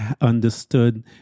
understood